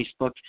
Facebook